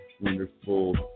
wonderful